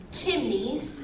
chimneys